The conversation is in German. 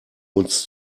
uns